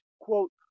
quote